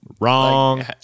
Wrong